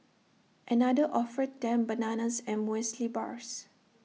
another offered them bananas and Muesli Bars